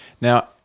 Now